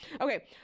Okay